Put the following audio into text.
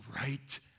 right